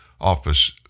office